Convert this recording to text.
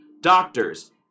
doctors